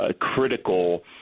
critical